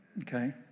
okay